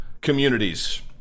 communities